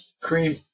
cream